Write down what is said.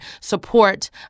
support